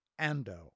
Ando